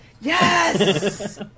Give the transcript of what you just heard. Yes